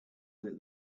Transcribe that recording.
that